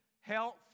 health